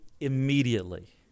immediately